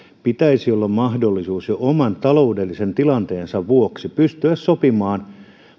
pitäisi olla mahdollisuus jo oman taloudellisen tilanteensa vuoksi pystyä sopimaan